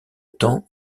temps